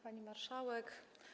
Pani Marszałek!